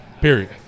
period